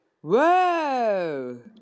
Whoa